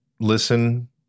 listen